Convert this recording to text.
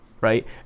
right